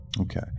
Okay